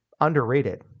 underrated